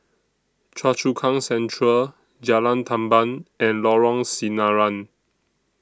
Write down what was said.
Choa Chu Kang Central Jalan Tamban and Lorong Sinaran